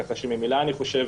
כך שממילא אני חושב